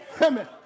Amen